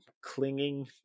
clinging